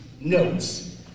notes